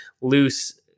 loose